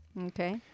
Okay